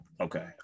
Okay